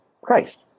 Christ